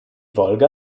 wolga